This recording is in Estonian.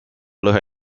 lõhe